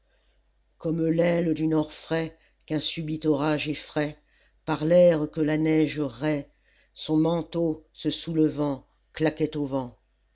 comme l'aile d'une orfraie qu'un subit orage effraie par l'air que la neige raie son manteau se soulevant claquait au vent